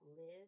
live